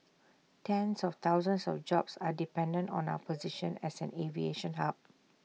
tens of thousands of jobs are dependent on our position as an aviation hub